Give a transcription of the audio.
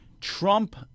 Trump